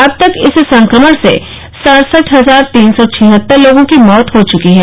अब तक इस संक्रमण से सड़सठ हजार तीन सौ छिहत्तर लोगों की मौत हो चुकी है